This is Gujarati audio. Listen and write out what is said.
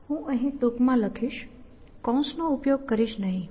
હું અહીં ટૂંક માં લખીશ કૌંસનો ઉપયોગ કરીશ નહીં